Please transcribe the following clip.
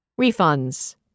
Refunds